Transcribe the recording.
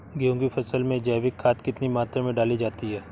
गेहूँ की फसल में जैविक खाद कितनी मात्रा में डाली जाती है?